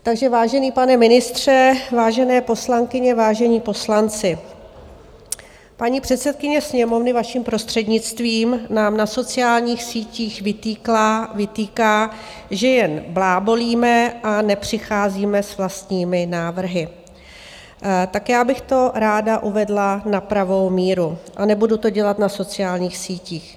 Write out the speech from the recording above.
Takže vážený pane ministře, vážené poslankyně, vážení poslanci, paní předsedkyně Sněmovny, vaším prostřednictvím, nám na sociálních sítích vytýká, že jen blábolíme a nepřicházíme s vlastními návrhy, tak já bych to ráda uvedla na pravou míru, a nebudu to dělat na sociálních sítích.